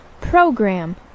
program